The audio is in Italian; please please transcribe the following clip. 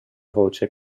voce